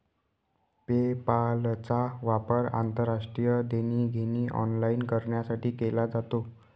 पेपालचा वापर आंतरराष्ट्रीय देणी घेणी ऑनलाइन करण्यासाठी केला जातो